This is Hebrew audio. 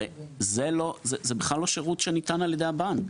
הרי זה בכלל לא שירות שניתן על ידי הבנק.